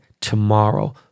tomorrow